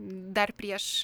dar prieš